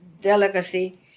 delicacy